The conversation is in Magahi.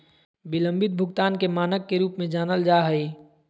बिलम्बित भुगतान के मानक के रूप में जानल जा हइ